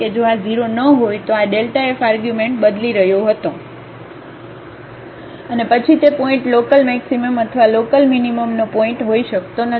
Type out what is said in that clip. જો આ 0 ન હોય તો આ f આર્ગ્યુમેન્ટ બદલી રહ્યો હતો અને પછી તે પોઇન્ટ લોકલમેક્સિમમ અથવા લોકલમીનીમમનો પોઇન્ટ હોઈ શકતો નથી